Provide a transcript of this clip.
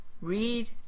read